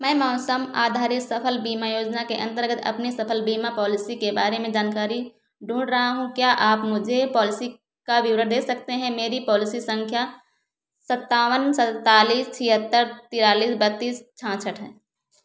मैं मौसम आधारित सफल बीमा योजना के अंतर्गत अपनी फसल बीमा पॉलिसी के बारे में जानकारी ढूँढ रहा हूँ क्या आप मुझे पॉलिसी का विवरण दे सकते हैं मेरी पॉलिसी संख्या सत्तावन सैंतालीस छिहत्तर तिरालिस बत्तीस छियासठ है